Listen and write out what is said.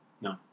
No